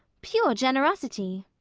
pure generosity.